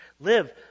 Live